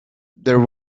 there